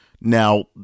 Now